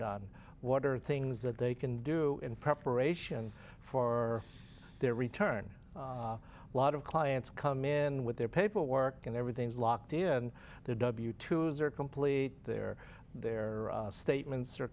done what are the things that they can do in preparation for their return a lot of clients come in with their paperwork and everything's locked in their w to complete their their statements are